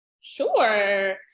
Sure